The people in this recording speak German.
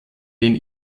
den